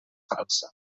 falsa